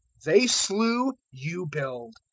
they slew, you build.